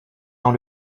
dans